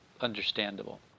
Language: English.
understandable